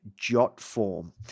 Jotform